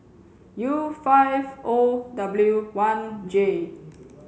U five O W one J